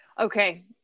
Okay